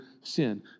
sin